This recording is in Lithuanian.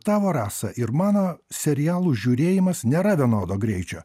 tavo rasa ir mano serialų žiūrėjimas nėra vienodo greičio